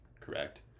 Correct